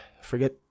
forget